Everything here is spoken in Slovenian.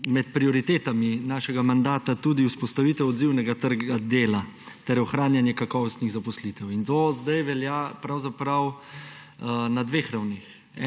med prioritetami našega mandata tudi vzpostavitev odzivnega trga dela ter ohranjanje kakovostnih zaposlitev. To zdaj velja pravzaprav na dveh ravneh.